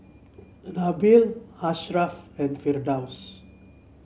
a Nabil Ashraff and Firdaus